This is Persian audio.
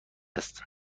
است